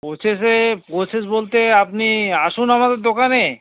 প্রসেসে প্রসেস বলতে আপনি আসুন আমাদের দোকানে